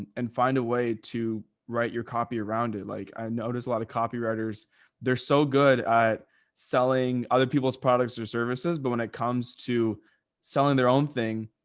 and and find a way to write your copy around it. like i noticed a lot of copywriters they're so good at selling other people's products or services, but when it comes to selling their own thing,